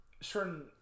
certain